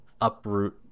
uproot